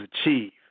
achieve